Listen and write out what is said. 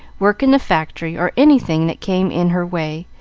work in the factory, or anything that came in her way,